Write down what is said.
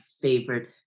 favorite